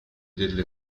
delle